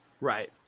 right